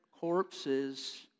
corpses